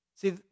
See